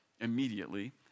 immediately